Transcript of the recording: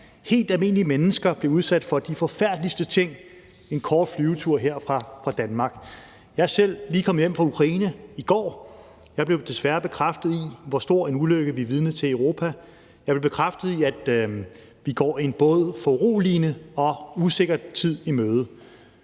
helt almindelige mennesker bliver udsat for de forfærdeligste ting en kort flyvetur her fra Danmark. Jeg er selv lige kommet hjem fra Ukraine i går. Jeg blev desværre bekræftet i, hvor stor en ulykke vi er vidne til i Europa. Jeg blev bekræftet i, at vi går en både foruroligende og usikker tid i møde.